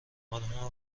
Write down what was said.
خانمها